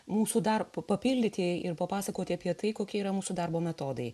mūsų dar papildyti ir papasakoti apie tai kokie yra mūsų darbo metodai